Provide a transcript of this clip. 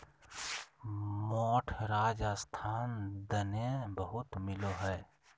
मोठ राजस्थान दने बहुत मिलो हय